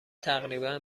تقریبا